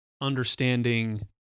understanding